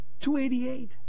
288